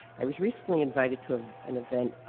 i was recently invited to ah an event,